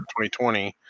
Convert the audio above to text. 2020